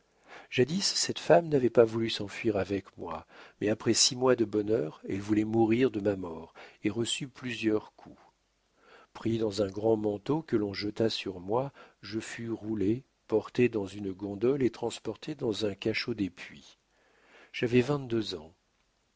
jadis cette femme n'avait pas voulu s'enfuir avec moi mais après six mois de bonheur elle voulait mourir de ma mort et reçut plusieurs coups pris dans un grand manteau que l'on jeta sur moi je fus roulé porté dans une gondole et transporté dans un cachot des puits j'avais vingt-deux ans